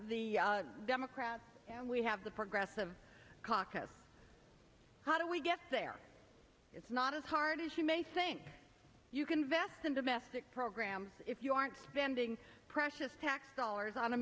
the democrats and we have the progressive caucus how do we get there it's not as hard as you may think you can vest in domestic programs if you aren't spending precious tax dollars on a